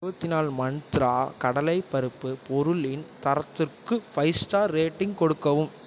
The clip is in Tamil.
இருபத்தினாலு மந்த்ரா கடலைப் பருப்பு பொருளின் தரத்துக்கு ஃபைவ் ஸ்டார் ரேட்டிங் கொடுக்கவும்